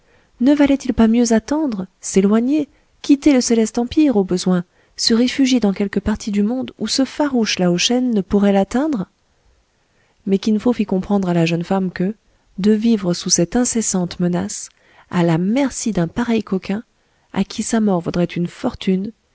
ne valait-il pas mieux attendre s'éloigner quitter le céleste empire au besoin se réfugier dans quelque partie du monde où ce farouche lao shen ne pourrait l'atteindre mais kin fo fit comprendre à la jeune femme que de vivre sous cette incessante menace à la merci d'un pareil coquin à qui sa mort vaudrait une fortune